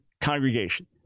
congregation